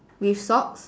with socks